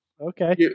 Okay